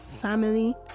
family